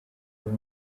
kuba